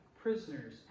prisoners